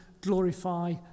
glorify